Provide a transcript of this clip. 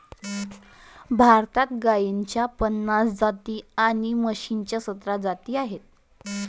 भारतात गाईच्या पन्नास जाती आणि म्हशीच्या सतरा जाती आहेत